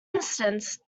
instance